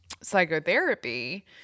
psychotherapy